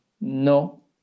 No